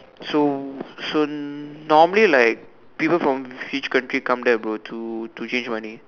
so so normally like people from which country come there bro to to change money